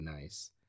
nice